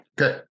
Okay